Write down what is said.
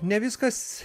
ne viskas